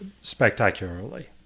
spectacularly